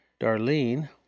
Darlene